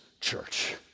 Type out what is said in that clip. church